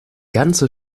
ganze